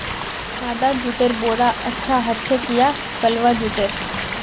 सादा जुटेर बोरा अच्छा ह छेक या कलवा जुटेर